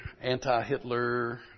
anti-Hitler